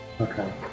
Okay